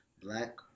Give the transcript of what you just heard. black